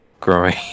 Growing